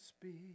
speak